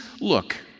Look